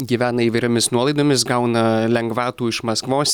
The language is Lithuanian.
gyvena įvairiomis nuolaidomis gauna lengvatų iš maskvos